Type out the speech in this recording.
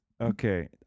Okay